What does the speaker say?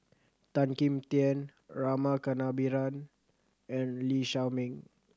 Tan Kim Tian Rama Kannabiran and Lee Shao Meng